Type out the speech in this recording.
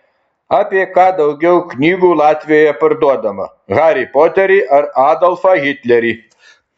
apie ką daugiau knygų latvijoje parduodama harį poterį ar adolfą hitlerį